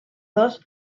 dos